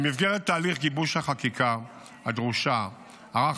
במסגרת תהליך גיבוש החקיקה הדרושה ערך